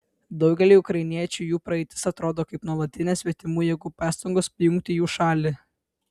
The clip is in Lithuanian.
daugeliui ukrainiečių jų praeitis atrodo kaip nuolatinės svetimų jėgų pastangos pajungti jų šalį